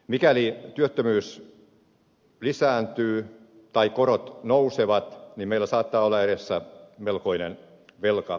mikäli työttömyys lisääntyy tai korot nousevat meillä saattaa olla edessä melkoinen velkaongelma